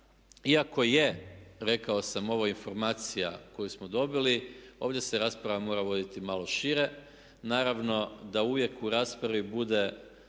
iako je rekao sam ovo je informacija koju smo dobili ovdje se rasprava mora voditi malo šire. Naravno da uvijek u raspravi bude